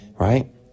Right